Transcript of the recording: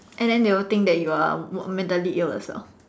and then they will think that you are mentally ill also